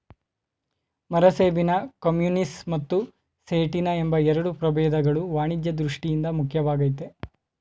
ಮರಸೇಬಿನ ಕಮ್ಯುನಿಸ್ ಮತ್ತು ಸೇಟಿನ ಎಂಬ ಎರಡು ಪ್ರಭೇದಗಳು ವಾಣಿಜ್ಯ ದೃಷ್ಠಿಯಿಂದ ಮುಖ್ಯವಾಗಯ್ತೆ